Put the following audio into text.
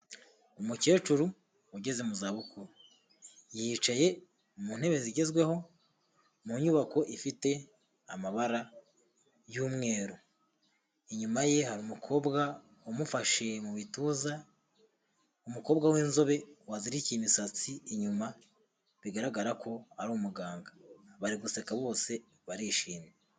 Umukecuru ugeze mu zabukuru yicaye mu ntebe zigezweho mu nyubako ifite amabara y'umweru, inyuma ye hari umukobwa umufashe mu bituza, umukobwa w'inzobe wazirikiye imisatsi inyuma bigaragara ko ari umuganga, bari guseka bose barishimye.